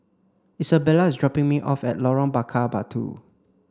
Isabella is dropping me off at Lorong Bakar Batu